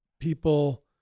people